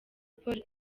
paul